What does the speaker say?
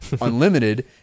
unlimited